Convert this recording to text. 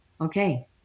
okay